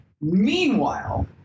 Meanwhile